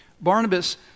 Barnabas